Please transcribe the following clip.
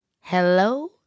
Hello